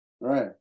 right